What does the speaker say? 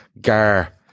Gar